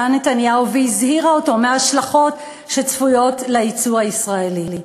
נתניהו והזהירה אותו מההשלכות שצפויות ליצוא הישראלי.